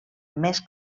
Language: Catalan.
més